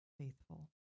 faithful